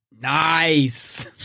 Nice